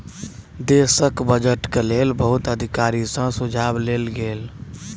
देशक बजट के लेल बहुत अधिकारी सॅ सुझाव लेल गेल